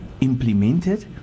implemented